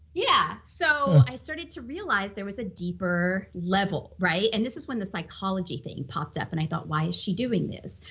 yeah so i started to realize there was a deeper level, right? and this is when the psychology thing popped up. and i thought, why is she doing this?